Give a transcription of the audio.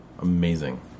Amazing